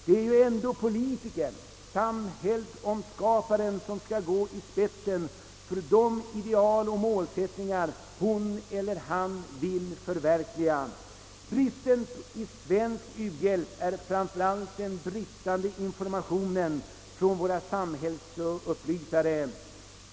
Det är ju ändå politikern, samhällsskaparen, som skall gå i spetsen för de ideal och målsättningar hon eller han vill förverkliga. Bristen i svensk u-hjälp är framför allt den bristande informationen från våra samhällsupplysare.